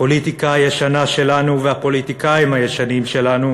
הפוליטיקה הישנה שלנו והפוליטיקאים הישנים שלנו,